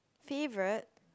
favourite